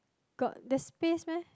got that space meh